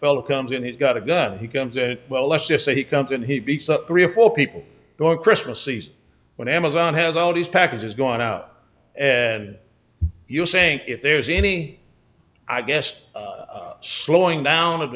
fellow comes in he's got a gun he comes in well let's just say he comes in he beats up three or four people or christmas sees when amazon has all these packages going out you're saying if there's any i guess slowing down of